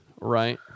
Right